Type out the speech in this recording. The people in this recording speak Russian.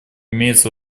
имеется